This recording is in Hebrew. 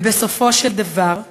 ובסופו של דבר,